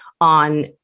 on